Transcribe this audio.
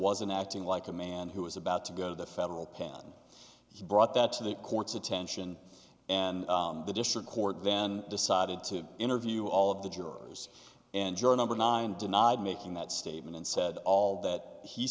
wasn't acting like a man who was about to go to the federal pen he brought that to the court's attention and the district court then decided to interview all of the jurors and join over nine denied making that statement and said all that he